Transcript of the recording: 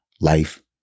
life